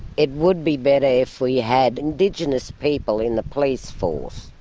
it would be better if we had indigenous people in the police force,